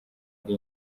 ari